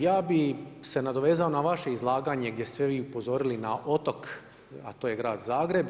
Ja bih se nadovezao na vaše izlaganje gdje ste vi upozorili na otok, a to je grad Zagreb.